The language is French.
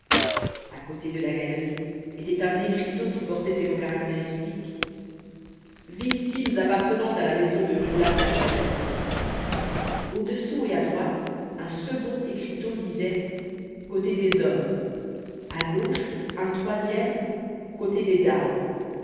à côté de la galerie était un écriteau qui portait ces mots caractéristiques victimes appartenant à la famille de rudelamecarthagene au-dessous et à droite un second écriteau disait côté des hommes à gauche un troisième côté des dames